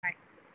bye